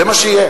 זה מה שיהיה.